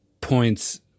points